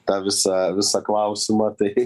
tą visa visą klausimą tai